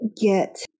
get